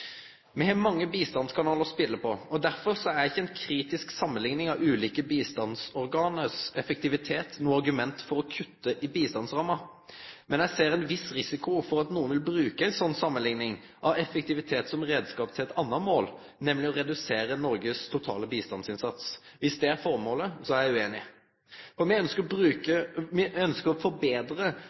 Me har mange bistandskanalar å spele på. Derfor er ikkje ei kritisk samanlikning av effektiviteten hos dei ulike bistandsorgana noko argument for å kutte i bistandsramma. Men eg ser ein viss risiko for at nokon vil bruke ei sånn samanlikning av effektivitet som reiskap til eit anna mål, nemleg å redusere Noregs totale bistandsinnsats. Dersom det er formålet, er eg ueinig. Me ønskjer å forbetre opplegget for systematisk gjennomgang av FN-organisasjonane for å